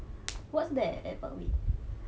what's there at parkway